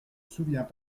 souviens